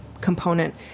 component